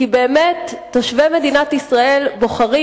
כי באמת תושבי מדינת ישראל בוחרים,